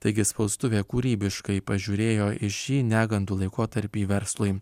taigi spaustuvė kūrybiškai pažiūrėjo į šį negandų laikotarpį verslui